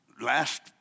Last